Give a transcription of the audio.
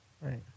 Right